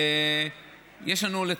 יש לנו,